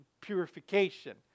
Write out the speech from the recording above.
Purification